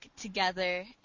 together